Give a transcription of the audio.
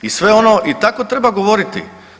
I sve ono i tako treba govoriti.